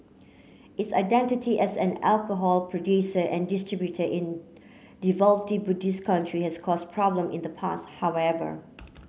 its identity as an alcohol producer and distributor in devoutly Buddhist country has caused problem in the past however